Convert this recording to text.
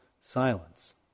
silence